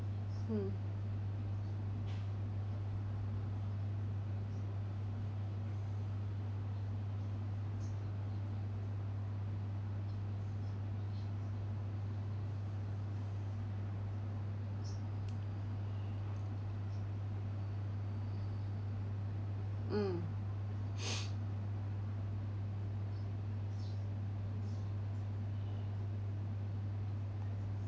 mm mm